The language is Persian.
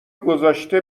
گذاشته